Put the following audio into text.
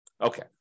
Okay